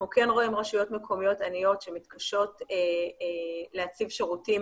אנחנו כן רואים רשויות מקומיות עניות שמתקשות להציב שירותים